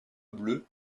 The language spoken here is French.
bleue